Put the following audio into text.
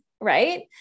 right